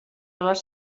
les